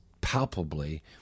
palpably